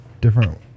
different